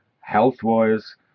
health-wise